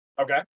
Okay